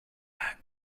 lack